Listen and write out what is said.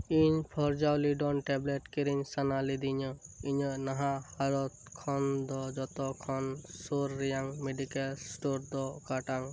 ᱤᱧ ᱯᱷᱚᱩᱨᱡᱚᱞᱤ ᱰᱚᱱ ᱴᱮᱵᱽᱞᱮᱴ ᱠᱤᱨᱤᱧ ᱥᱟᱱᱟ ᱞᱤᱫᱤᱧᱟ ᱤᱧᱟᱜ ᱱᱟᱦᱟᱜ ᱦᱟᱞᱚᱛ ᱠᱷᱚᱱ ᱫᱚ ᱡᱚᱛᱚ ᱠᱷᱚᱱ ᱥᱳᱨ ᱨᱮᱭᱟᱝ ᱢᱮᱰᱤᱠᱮᱞ ᱥᱴᱳᱨ ᱫᱚ ᱚᱠᱟᱴᱟᱜ